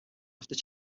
after